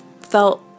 felt